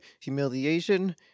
humiliation